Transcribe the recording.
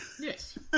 Yes